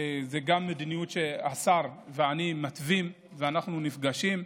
זו גם המדיניות שהשר ואני מתווים, ואנחנו נפגשים.